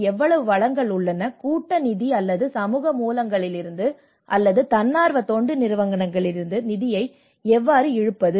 எவ்வளவு வளங்கள் உள்ளன கூட்ட நிதி அல்லது சமூக மூலங்களிலிருந்து அல்லது தன்னார்வ தொண்டு நிறுவனங்களிலிருந்து நிதியை எவ்வாறு இழுப்பது